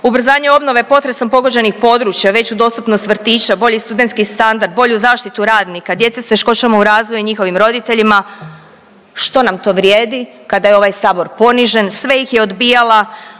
ubrzanje obnove potresom pogođenih područja, veću dostupnost vrtića, bolji studentski standard, bolju zaštitu radnika, djece s teškoćama u razvoju i njihovim roditeljima što nam to vrijedi kada je ovaj Sabor ponižen, sve ih je odbijala